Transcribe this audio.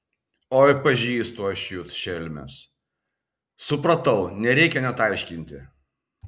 oi pažįstu aš jus šelmes supratau nereikia net aiškinti